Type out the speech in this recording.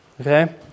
Okay